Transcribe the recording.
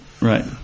Right